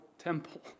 temple